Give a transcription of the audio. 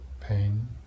pain